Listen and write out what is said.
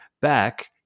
back